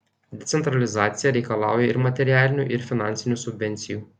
decentralizacija reikalauja ir materialinių ir finansinių subvencijų